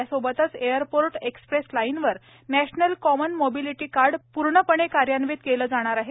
या सोबतच airport express लाइनवर नॅशनल कॉमन मोबिलिटी कार्ड पूर्णपणे कार्यान्वित केले जाणार आहे